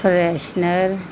freshener